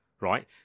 right